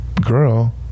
girl